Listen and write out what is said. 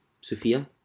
Sophia